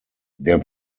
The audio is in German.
der